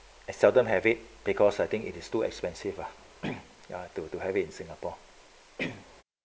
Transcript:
I seldom have it because I think it is too expensive lah ya to to have in singapore